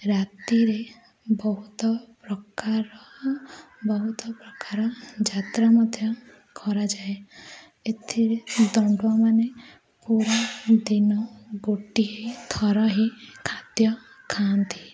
ରାତିରେ ବହୁତ ପ୍ରକାର ବହୁତ ପ୍ରକାର ଯାତ୍ରା ମଧ୍ୟ କରାଯାଏ ଏଥିରେ ଦଣ୍ଡୁଆମାନେ ପୁରା ଦିନ ଗୋଟିଏଥର ହିଁ ଖାଦ୍ୟ ଖାଆନ୍ତି